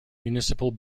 municipal